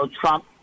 Trump